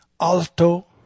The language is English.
alto